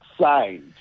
signed